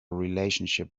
relationship